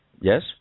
Yes